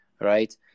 right